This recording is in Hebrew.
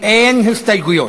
אין הסתייגויות.